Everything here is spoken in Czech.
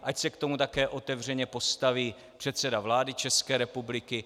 Ať se k tomu také otevřeně postaví předseda vlády České republiky.